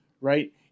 right